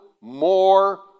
more